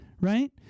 Right